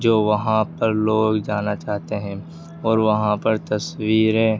جو وہاں پر لوگ جانا چاہتے ہیں اور وہاں پر تصویریں